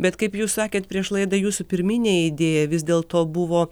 bet kaip jūs sakėt prieš laidą jūsų pirminė idėja vis dėl to buvo